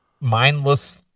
mindless